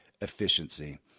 efficiency